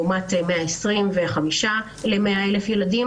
לעומת 125 ל-100 אלף ילדים.